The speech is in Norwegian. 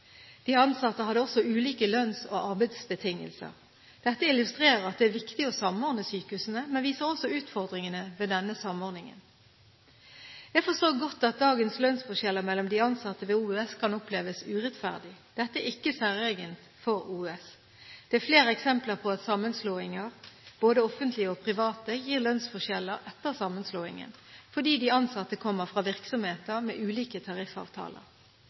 De ansatte hadde også ulike lønns- og arbeidsbetingelser. Dette illustrerer at det er viktig å samordne sykehusene, men viser også utfordringene ved denne samordningen. Jeg forstår godt at dagens lønnsforskjeller mellom de ansatte ved OUS kan oppleves urettferdig. Dette er ikke særegent for OUS. Det er flere eksempler på at sammenslåinger, både offentlige og private, gir lønnsforskjeller etter sammenslåingen fordi de ansatte kommer fra virksomheter med ulike tariffavtaler.